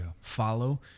follow